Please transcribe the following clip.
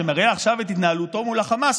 שמרע עכשיו את התנהלותו מול החמאס,